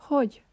Hogy